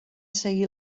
seguir